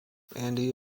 andy